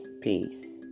Peace